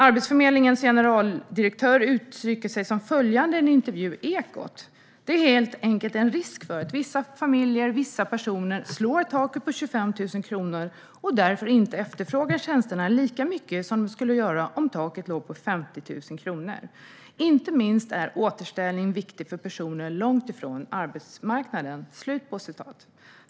Arbetsförmedlingens generaldirektör uttrycker sig på följande sätt i en intervju i Ekot : Det är helt enkelt en risk för att vissa familjer, vissa personer, slår i taket på 25 000 kronor och därför inte efterfrågar tjänster lika mycket som de skulle göra om taket låg på 50 000 kronor. Inte minst är återställningen viktig för personer långt ifrån arbetsmarknaden.